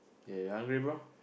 ya you hungry bro